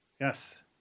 Yes